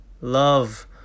love